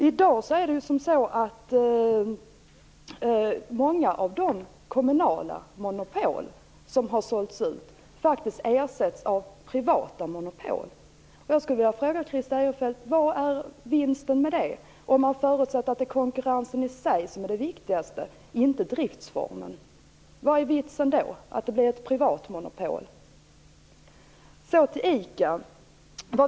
I dag har många av de kommunala monopol som har sålts ut faktiskt ersatts av privata monopol. Jag skulle vilja fråga Christer Eirefelt: Vad är vinsten med det? Om man förutsätter att konkurrensen och inte driftsformen är viktigast undrar jag vad det är för vits med att det blir ett privat monopol.